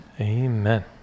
Amen